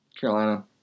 Carolina